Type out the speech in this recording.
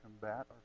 combat